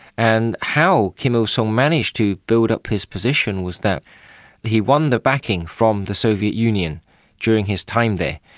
and how kim il-sung so managed to build up his position was that he won the backing from the soviet union during his time there.